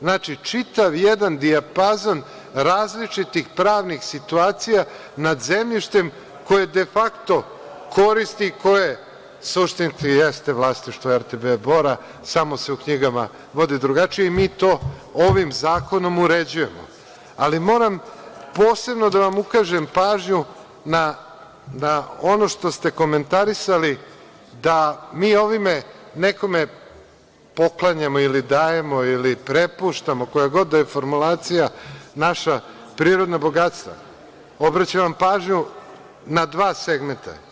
Znači, čitav jedan dijapazon različitih pravnih situacija nad zemljištem koje defakto koristi, koje suštinski jeste vlasništvo RTB Bora, samo se u knjigama vodi drugačiji i mi to ovim zakonom uređujemo, ali moram posebno da vam ukažem pažnju na ono što ste komentarisali da mi ovime nekome poklanjamo ili dajemo ili prepuštamo, koje god da je formulacija, naša prirodna bogatstva, obraćam vam pažnju na dva segmenta.